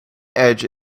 edge